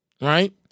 right